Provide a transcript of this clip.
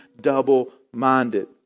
double-minded